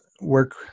work